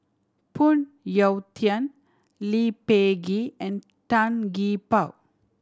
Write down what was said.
Phoon Yew Tien Lee Peh Gee and Tan Gee Paw